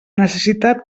necessitat